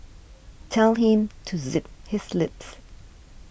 tell him to zip his lips